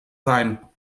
sein